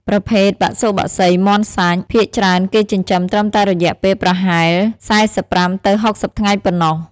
ប្រភេទបសុបក្សីមាន់សាច់ ភាគច្រើនគេចិញ្ចឹមត្រឹមតែរយៈពេលប្រហែល ៤៥ ទៅ ៦០ ថ្ងៃប៉ុណ្ណោះ។